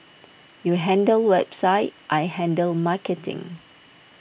you handle website I handle marketing